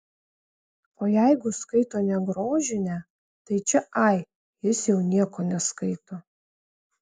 o jeigu skaito ne grožinę tai čia ai jis jau nieko neskaito